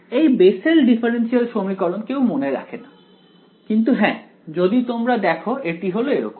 এই Bessel differential সমীকরণ কেউ মনে রাখে না কিন্তু হ্যাঁ যদি তোমরা দেখো এটি হলো এরকম